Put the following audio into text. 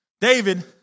David